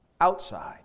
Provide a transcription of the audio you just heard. outside